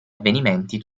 avvenimenti